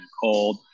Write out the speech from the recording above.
cold